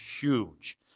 huge